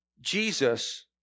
Jesus